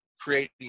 creating